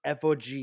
FOG